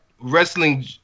wrestling